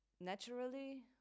naturally